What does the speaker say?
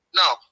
now